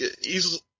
easily